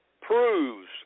proves